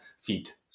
feet